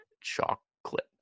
chocolate